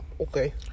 Okay